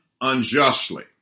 unjustly